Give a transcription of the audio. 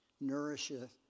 nourisheth